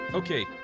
Okay